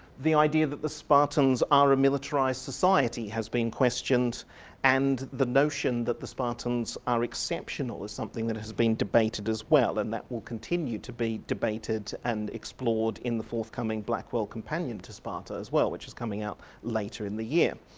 the idea that the spartans are a militarised society has been questioned and the notion that the spartans are exceptional is something that has been debated as well and that will continue to be debated and explored in the forthcoming blackwell companion to sparta as well which is coming out later in the year.